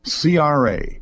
CRA